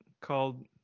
called